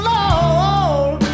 Lord